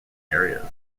areas